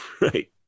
Right